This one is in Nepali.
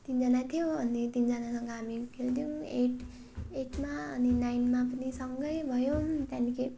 तिनजना थियो अनि तिनजनासँग हामी खेल्थ्यौँ एट एटमा अनि नाइनमा पनि सँगै भयौँ त्यहाँदेखि